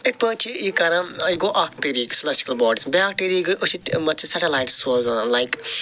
یِتھ پٲٹھۍ چھِ یہِ کَرن یہِ گوٚو اکھ طٔریٖق سِلٮ۪سٹِکٕل باڈیٖز بیٛاکھ طریٖق گٔے أسۍ چھِ سٮ۪ٹھاہ لایٹہٕ سوزان لایِک